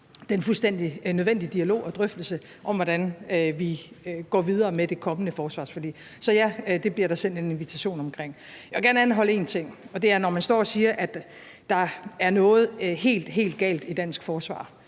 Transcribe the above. den fuldstændig nødvendige dialog og drøftelse om, hvordan vi går videre med det kommende forsvarsforlig. Så ja, det bliver der sendt en invitation til. Jeg vil gerne anholde én ting, og det er, at man står og siger, at der er noget helt, helt galt i dansk forsvar.